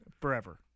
Forever